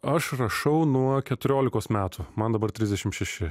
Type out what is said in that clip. aš rašau nuo keturiolikos metų man dabar trisdešim šeši